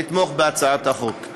לתמוך בהצעת החוק.